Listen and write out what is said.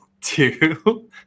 two